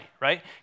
right